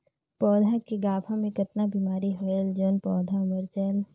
पौधा के गाभा मै कतना बिमारी होयल जोन पौधा मर जायेल?